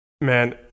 Man